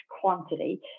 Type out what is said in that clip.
quantity